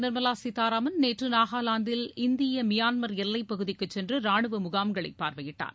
நிர்மலா சீத்தாராமன் நேற்று நாகாலாந்தில் இந்திய மியான்மர் எல்லைப்பகுதிக்குச் சென்று ரானுவ முகாம்களை பார்வையிட்டார்